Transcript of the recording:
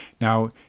Now